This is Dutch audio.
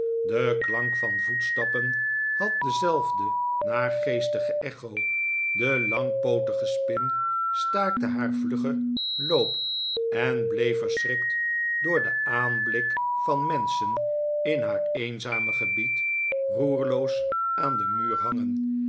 de klank van voetstappen had dezelfde naargeestige echo de langpootige spin staakte haar vluggen loop en bleef verschrikt door den aanblik van menschen in haar eenzame gebied roerloos aan den muur hangen